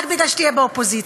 רק כי תהיה באופוזיציה.